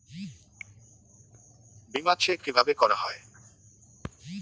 বিমা চেক কিভাবে করা হয়?